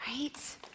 Right